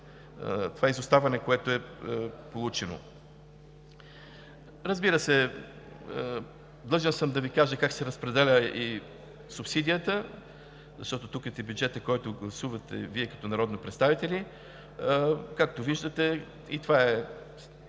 това изоставане, което е получено. Длъжен съм да Ви кажа как се разпределя и субсидията, защото тук е бюджетът, който гласувате Вие като народни представители. Както виждате, това в